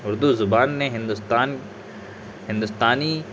اردو زبان نے ہندوستان ہندوستانی